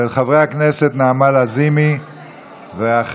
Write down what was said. של חברי הכנסת נעמה לזימי ואחרים.